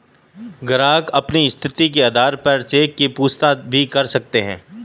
ग्राहक अपनी स्थिति के आधार पर चेक की पूछताछ भी कर सकते हैं